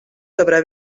sobre